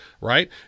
right